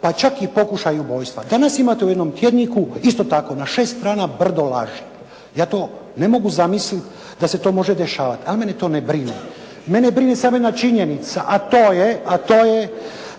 pa čak i pokušaj ubojstva. Danas imate u jednom tjedniku isto tako, na šest strana brdo laži. Ja to ne mogu zamisliti da se to može dešavati, ali mene to ne brine. Mene brine samo jedna činjenica, a to je